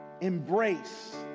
embrace